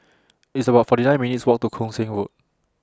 It's about forty nine minutes' Walk to Koon Seng Road